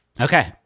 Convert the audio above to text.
Okay